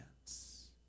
hands